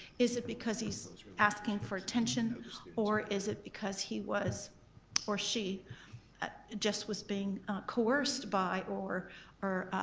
is it because he's asking for attention or is it because he was or she just was being coerced by or or